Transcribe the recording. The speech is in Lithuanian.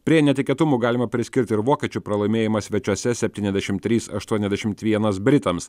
prie netikėtumų galima priskirti ir vokiečių pralaimėjimą svečiuose septyniasdešim trys aštuoniasdešimt vienas britams